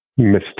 Mr